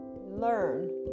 learn